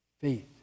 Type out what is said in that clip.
Faith